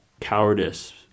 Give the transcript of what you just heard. cowardice